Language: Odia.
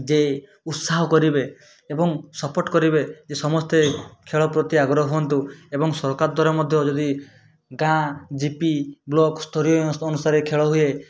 ଯେ ଉତ୍ସାହ କରିବେ ଏବଂ ସୋପଟ କରିବେ ଯେ ସମସ୍ତେ ଖେଳ ପ୍ରତି ଆଗ୍ରହ ହୁଅନ୍ତୁ ଏବଂ ସରକାର ଦ୍ଵାରା ମଧ୍ୟ ଯଦି ଗାଁ ଜିପି ବ୍ଲକ୍ ସ୍ତରୀୟ ଅନୁସାରେ ଖେଳ ହୁଏ